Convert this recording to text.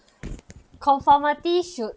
conformity should